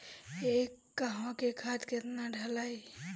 एक कहवा मे खाद केतना ढालाई?